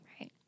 Right